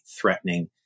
threatening